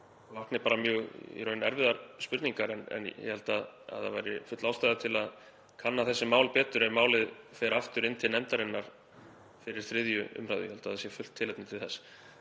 vakni bara mjög erfiðar spurningar. En ég held að það væri full ástæða til að kanna þessi mál betur ef málið fer aftur inn til nefndarinnar fyrir 3. umræðu. Ég held að það sé fullt tilefni til þess.